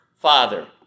father